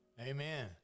Amen